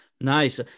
Nice